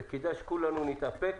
וכדאי שכולנו נתאפק